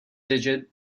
digit